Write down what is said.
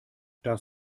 das